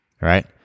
right